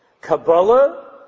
Kabbalah